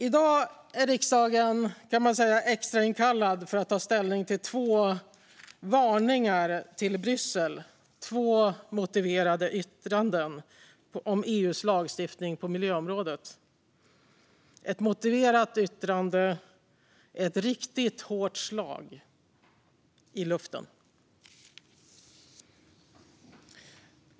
Man kan säga att riksdagen i dag är extrainkallad för att ta ställning till två varningar till Bryssel, två motiverade yttranden, om EU:s lagstiftning på miljöområdet. Det är ett motiverat yttrande som är ett riktigt hårt slag i luften.